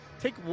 take